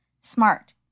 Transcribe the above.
smart